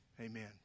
amen